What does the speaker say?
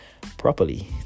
properly